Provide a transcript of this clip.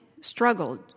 struggled